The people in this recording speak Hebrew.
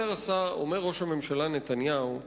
אומר ראש הממשלה נתניהו: